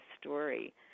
story